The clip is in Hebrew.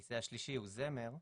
הכיסא השלישי הוא זמר,